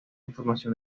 información